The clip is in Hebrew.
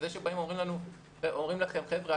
זה שבאים ואומרים לכם: חבר'ה,